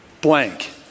blank